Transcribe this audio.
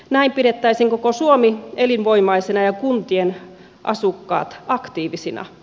näin pidettäisiin koko suomi elinvoimaisena ja kuntien asukkaat aktiivisina